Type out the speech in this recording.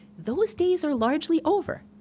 those days are largely over.